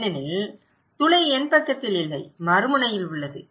ஏனெனில் துளை என் பக்கத்தில் இல்லை மறுமுனையில் உள்ளது